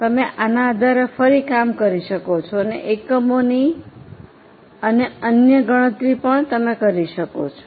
હવે આના આધારે તમે ફરી કામ કરી શકો છો અને એકમોની અને અન્ય ગણતરી ગણતરી પણ કરી શકો છો